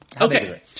Okay